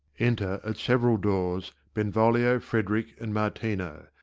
enter, at several doors, benvolio, frederick, and martino,